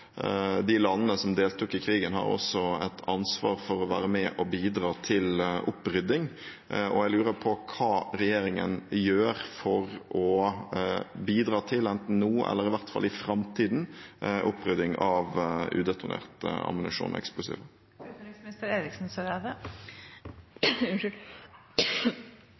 De landene som deltok i krigen, har også et ansvar for å være med og bidra til opprydding. Jeg lurer på hva regjeringen gjør for å bidra til – enten nå eller i hvert fall i framtiden – opprydding av udetonert